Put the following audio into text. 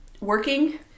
working